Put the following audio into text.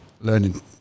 learning